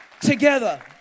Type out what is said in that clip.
together